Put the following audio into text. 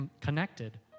connected